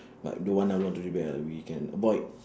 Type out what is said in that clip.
like don't want ah want to rebel we can avoid